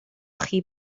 chi